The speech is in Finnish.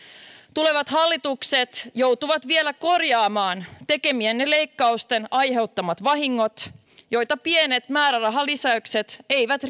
tulevat hallitukset joutuvat vielä korjaamaan tekemienne leikkausten aiheuttamat vahingot joita pienet määrärahalisäykset eivät